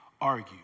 argue